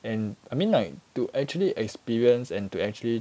and I mean like to actually experience and to actually